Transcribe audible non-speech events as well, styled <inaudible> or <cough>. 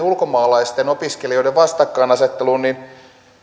<unintelligible> ulkomaalaisten opiskelijoiden vastakkainasetteluun niin